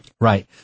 Right